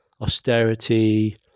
austerity